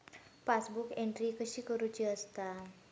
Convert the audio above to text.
Passbook entry कशी करुची असता?